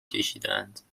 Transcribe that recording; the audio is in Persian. کشیدهاند